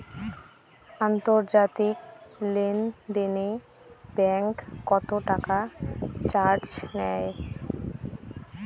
আন্তর্জাতিক লেনদেনে ব্যাংক কত টাকা চার্জ নেয়?